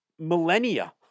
millennia